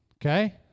Okay